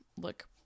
look